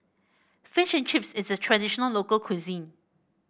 fish and Chips is a traditional local cuisine